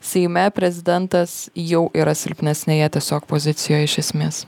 seime prezidentas jau yra silpnesnėje tiesiog pozicijoje iš esmės